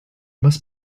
must